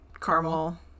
caramel